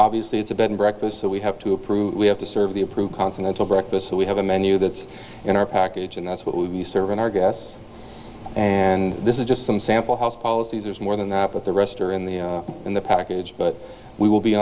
obviously it's a bed and breakfast so we have to approve we have to serve the approved continental breakfast so we have a menu that's in our package and that's what we've you serve in our guests and this is just some sample house policies is more than that but the rest are in the in the package but we will be